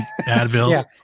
Advil